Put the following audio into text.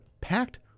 packed